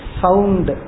sound